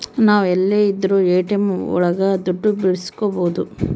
ನಾವ್ ಎಲ್ಲೆ ಇದ್ರೂ ಎ.ಟಿ.ಎಂ ಒಳಗ ದುಡ್ಡು ಬಿಡ್ಸ್ಕೊಬೋದು